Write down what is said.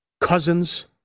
Cousins